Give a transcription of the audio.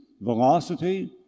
velocity